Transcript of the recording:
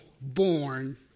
born